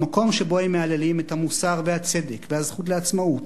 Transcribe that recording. במקום שבו הם מהללים את המוסר והצדק והזכות לעצמאות,